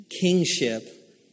kingship